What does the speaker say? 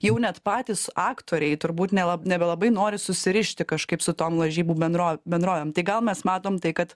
jau net patys aktoriai turbūt nela nebelabai nori susirišti kažkaip su tom lažybų bendrovė bendrovėm tai gal mes matom tai kad